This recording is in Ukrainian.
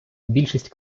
більшість